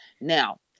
Now